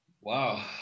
Wow